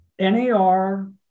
NAR